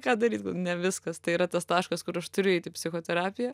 ką daryt galvo ne viskas tai yra tas taškas kur aš turiu eit į psichoterapiją